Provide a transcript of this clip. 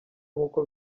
nk’uko